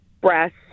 breast